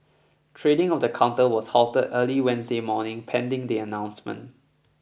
trading of the counter was halted early Wednesday morning pending the announcement